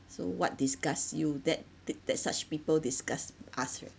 so what disgusts you that thi~ that such people disgust us right